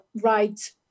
right